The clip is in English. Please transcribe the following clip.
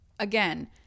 again